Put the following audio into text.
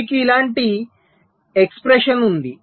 మీకు ఇలాంటి ఎక్స్ప్రెషన్ ఉంది